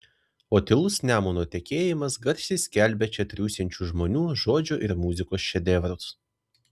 o tylus nemuno tekėjimas garsiai skelbia čia triūsiančių žmonių žodžio ir muzikos šedevrus